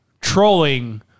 trolling